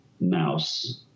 mouse